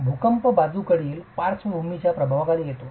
भूकंप बाजूकडील पार्श्वभूमीच्या प्रभावाखाली होतो